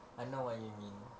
I know what you mean